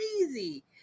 crazy